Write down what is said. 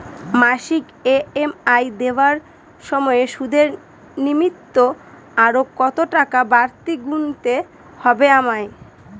মাসিক ই.এম.আই দেওয়ার সময়ে সুদের নিমিত্ত আরো কতটাকা বাড়তি গুণতে হবে আমায়?